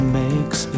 makes